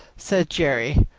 said jerry.